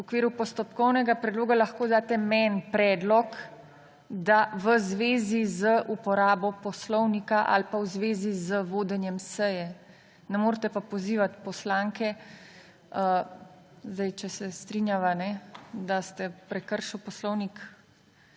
V okviru postopkovnega predloga lahko daste meni predlog v zvezi z uporabo poslovnika ali pa v zvezi z vodenjem seje, ne morete pa pozivate poslanke. Zdaj če se strinjava, da ste prekršil poslovnik,